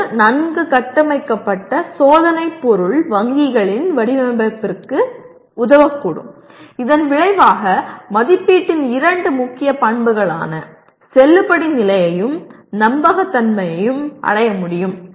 இது நன்கு கட்டமைக்கப்பட்ட சோதனை பொருள் வங்கிகளின் வடிவமைப்பிற்கு உதவக்கூடும் இதன் விளைவாக மதிப்பீட்டின் இரண்டு முக்கிய பண்புகளான செல்லுபடிநிலையையும் நம்பகத்தன்மையையும் அடைய முடியும்